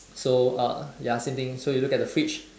so uh ya same thing so you look at the fridge